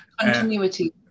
Continuity